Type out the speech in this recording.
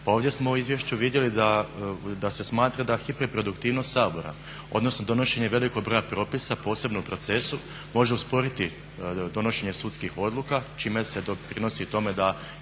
Ovdje smo u izvješću vidjeli da se smatra da hiperproduktivnost Sabora odnosno donošenje velikog broja propisa posebno u procesu može usporiti donošenje sudskih odluka čime se doprinosi i tome da